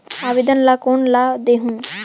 आवेदन ला कोन ला देहुं?